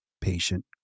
patient